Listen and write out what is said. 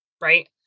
Right